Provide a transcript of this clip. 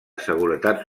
seguretat